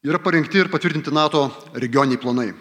yra parengti ir patvirtinti nato regioniniai planai